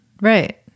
right